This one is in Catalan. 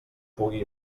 pugui